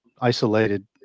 isolated